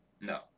No